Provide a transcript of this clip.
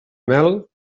mel